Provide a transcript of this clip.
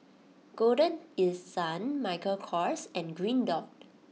Golden East Sun Michael Kors and Green Dot